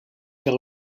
vers